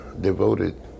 devoted